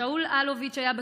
"שאול אלוביץ' היה,